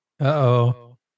Uh-oh